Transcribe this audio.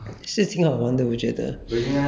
so you can join them also [what]